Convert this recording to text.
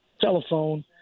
telephone